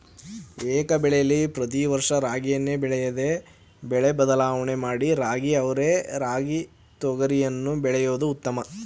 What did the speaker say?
ಏಕಬೆಳೆಲಿ ಪ್ರತಿ ವರ್ಷ ರಾಗಿಯನ್ನೇ ಬೆಳೆಯದೆ ಬೆಳೆ ಬದಲಾವಣೆ ಮಾಡಿ ರಾಗಿ ಅವರೆ ರಾಗಿ ತೊಗರಿಯನ್ನು ಬೆಳೆಯೋದು ಉತ್ತಮ